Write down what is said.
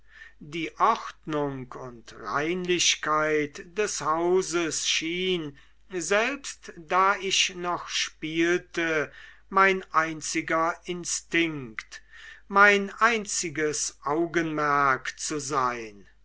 die ordnung und reinlichkeit des hauses schien selbst da ich noch spielte mein einziger instinkt mein einziges augenmerk zu sein